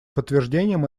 подтверждением